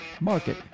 Market